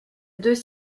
deux